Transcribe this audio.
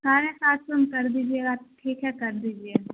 ساڑھے سات سو میں کر دیجیے گا تو ٹھیک ہے کر دیجیے